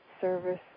Service